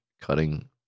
cutting